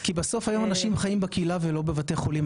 כי בסוף היום אנשים חיים בקהילה ולא בבתי חולים,